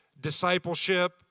discipleship